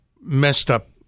messed-up